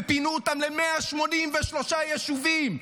ופינו אותם ל-183 יישובים,